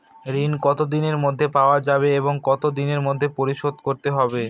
ঋণ কতদিনের মধ্যে পাওয়া যাবে এবং কত দিনের মধ্যে পরিশোধ করতে হবে?